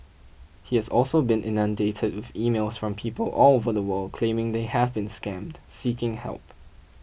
he has also been inundated with emails from people all over the world claiming they have been scammed seeking help